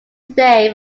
today